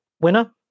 winner